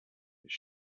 his